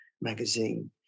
magazine